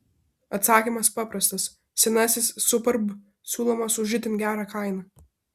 atsakymas paprastas senasis superb siūlomas už itin gerą kainą